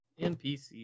NPC